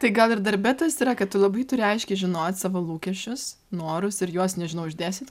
tai gal ir darbe tas yra kad tu labai turi aiškiai žinot savo lūkesčius norus ir juos nežinau išdėstyt